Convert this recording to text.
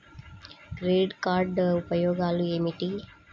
Credit card ఉపయోగాలు ఏమిటి?